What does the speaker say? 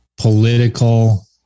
political